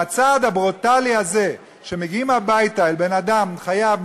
מהצעד הברוטלי הזה שמגיעים הביתה לבן-אדם החייב,